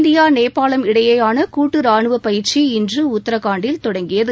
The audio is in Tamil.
இந்தியா நேபாளம் இடையேயான கூட்டு ரானுவ பயிற்சி இன்று உத்தரகாண்டில் தொடங்கியது